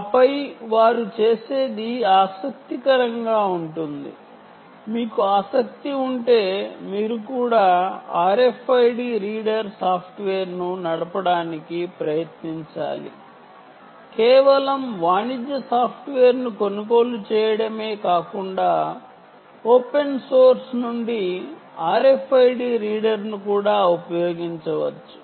ఆపై వారు చేసేది ఆసక్తికరంగా ఉంటుంది మీకు ఆసక్తి ఉంటే మీరు కూడా RFID రీడర్ సాఫ్ట్వేర్ను నడపడానికి ప్రయత్నించాలి కేవలం వాణిజ్య సాఫ్ట్వేర్ను కొనుగోలు చేయడమే కాకుండా ఓపెన్ సోర్స్ నుండి RFID రీడర్ను కూడా ఉపయోగించవచ్చు